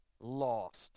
lost